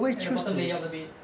at the bottom layer of the bed